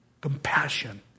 Compassion